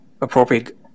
appropriate